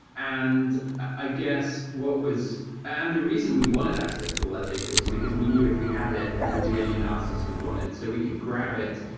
and i guess what was and the reason we wanted access to all that data was because we knew if we had it, we could do any analysis we wanted. so we could grab it,